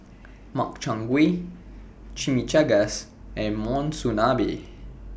Makchang Gui Chimichangas and Monsunabe